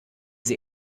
sie